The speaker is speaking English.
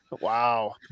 Wow